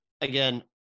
again